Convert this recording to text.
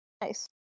Nice